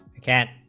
can't